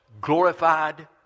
glorified